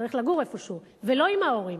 צריך לגור איפה שהוא, ולא עם ההורים.